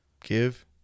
Give